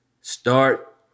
Start